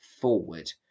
forward